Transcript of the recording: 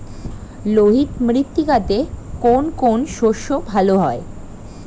লোহিত মৃত্তিকাতে কোন কোন শস্য ভালো হয়?